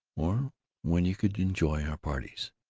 or when you could enjoy our parties